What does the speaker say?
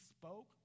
spoke